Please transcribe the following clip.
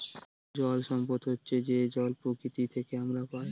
জল সম্পদ হচ্ছে যে জল প্রকৃতি থেকে আমরা পায়